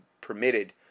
permitted